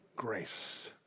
grace